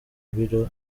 biro